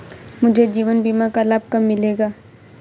मुझे जीवन बीमा का लाभ कब मिलेगा?